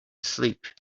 sleep